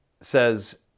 says